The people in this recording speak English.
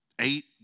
Eight